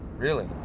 really?